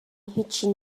هیچی